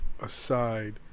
aside